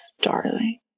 darling